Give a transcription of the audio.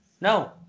No